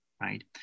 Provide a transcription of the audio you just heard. right